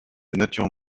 natures